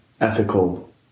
Ethical